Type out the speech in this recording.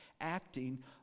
acting